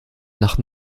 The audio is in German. nach